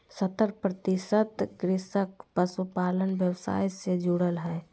सत्तर प्रतिशत कृषक पशुपालन व्यवसाय से जुरल हइ